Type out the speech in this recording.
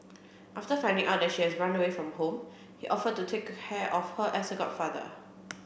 after finding out that she had run away from home he offered to take care of her as her godfather